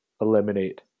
eliminate